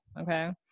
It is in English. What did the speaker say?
okay